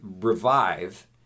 revive